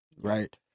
right